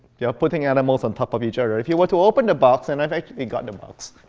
you're putting animals on top of each other. if you want to open the box, and i've actually gotten a box,